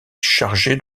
chargé